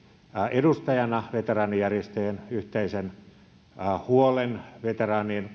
edustajana veteraanijärjestöjen yhteisen huolen veteraanien